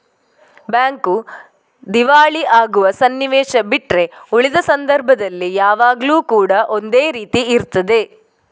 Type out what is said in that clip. bank ದಿವಾಳಿ ಆಗುವ ಸನ್ನಿವೇಶ ಬಿಟ್ರೆ ಉಳಿದ ಸಂದರ್ಭದಲ್ಲಿ ಯಾವಾಗ್ಲೂ ಕೂಡಾ ಒಂದೇ ರೀತಿ ಇರ್ತದೆ